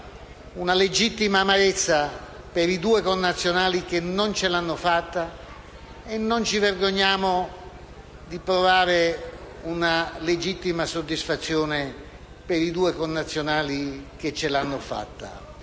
una legittima amarezza per i due connazionali che non ce l'hanno fatta e non ci vergogniamo di provare una legittima soddisfazione per i due connazionali che ce l'hanno fatta.